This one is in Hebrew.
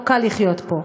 לא קל לחיות פה,